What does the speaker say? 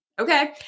Okay